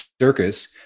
circus